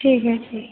ठीक आहे ठीक आहे